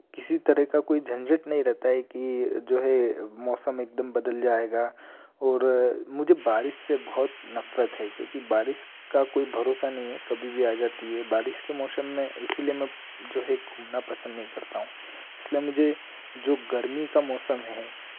किसी तरह का कोई झंझट नहीं रहता है कि जो है मौसम एकदम बदल जाएगा और मुझे बारिश से बहुत नफ़रत है क्योंकि बारिश का कोई भरोसा नहीं है कभी भी आ जाती है बारिश के मौसम में इसलिए मैं जो है घूमना पसंद नहीं करता हूँ इसलिए मुझे जो गर्मी का मौसम है